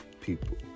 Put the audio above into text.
people